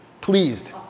Pleased